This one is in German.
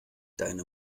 deine